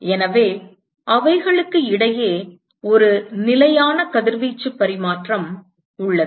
எனவே அவைகளுக்கு இடையே ஒரு நிலையான கதிர்வீச்சு பரிமாற்றம் உள்ளது